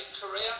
Korea